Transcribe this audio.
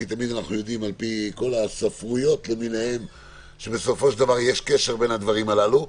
כי תמיד אנחנו יודעים שיש קשר בין הדברים הללו,